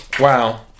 Wow